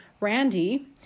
Randy